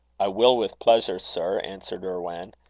i will with pleasure, sir, answered irwan,